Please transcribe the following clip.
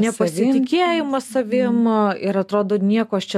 nepasitikėjimas savim ir atrodo nieko aš čia